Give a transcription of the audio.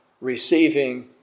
receiving